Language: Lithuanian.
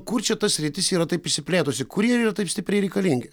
kur čia ta sritis yra taip išsiplėtusi kur jie yra taip stipriai reikalingi